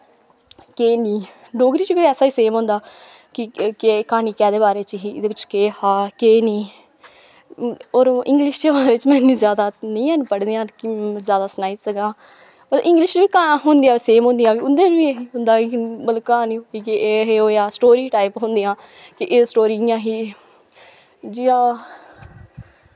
केह् नी डोगरी च बी ऐसा ई सेम होंदा कि के क्हानी कैह्दे बारे च ही एह्दे बिच्च केह् हा केह् नेईं होर इंग्लिश च में इन्नी ज्यादा नी हैन पढ़ी दियां कि ज्यादा सनाई सकां पर इंग्लिश च बी होंदियां सेम होंदियां उं'दे च बी इ'यै होंदा कि मतलब क्हानी च एह् एह् होएआ स्टोरी टाइप होंदियां के एह् स्टोरी इ'यां ही जियां